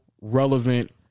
relevant